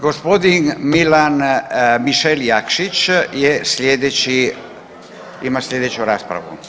Gospodin Milan, Mišel Jakšić je slijedeći, ima slijedeću raspravu,